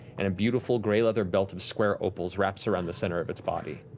and a beautiful gray leather belt of square opals wraps around the center of its body.